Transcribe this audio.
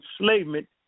enslavement